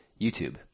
youtube